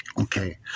okay